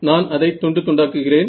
நான் அதை துண்டு துண்டாக்குகிறேன்